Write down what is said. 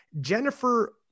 Jennifer